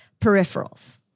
peripherals